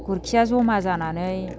गुरखिया जमा जानानै